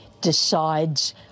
decides